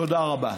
תודה רבה.